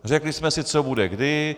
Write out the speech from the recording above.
Řekli jsme si, co bude kdy.